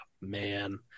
Man